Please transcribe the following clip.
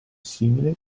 simile